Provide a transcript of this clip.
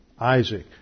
Isaac